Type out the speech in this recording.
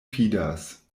fidas